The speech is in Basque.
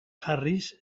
jarriz